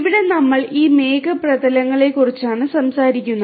ഇവിടെ നമ്മൾ ഈ മേഘ പ്രതലങ്ങളെക്കുറിച്ചാണ് സംസാരിക്കുന്നത്